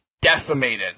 decimated